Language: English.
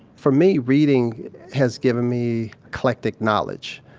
for me reading has given me eclectic knowledge.